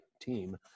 team